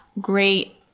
great